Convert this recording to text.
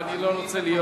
ואני לא רוצה להיות,